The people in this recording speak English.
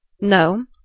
No